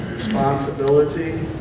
responsibility